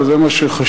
וזה מה שחשוב,